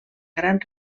gran